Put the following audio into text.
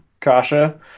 Kasha